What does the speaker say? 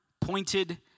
pointed